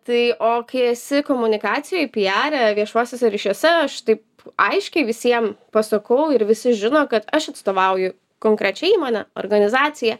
tai o kai esi komunikacijoj pijare viešuosiuose ryšiuose aš taip aiškiai visiem pasakau ir visi žino kad aš atstovauju konkrečią įmonę organizaciją